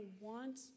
want